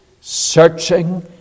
searching